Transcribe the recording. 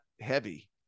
heavy